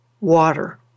water